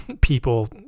people